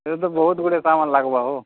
ଏ ତ ବହୁତ ଗୁଡ଼େ କାମରେ ଲାଗିବ ହୋ